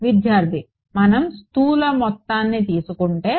విద్యార్థి మనం స్థూల మొత్తాన్ని తీసుకుంటే